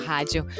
Rádio